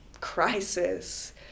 crisis